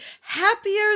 happier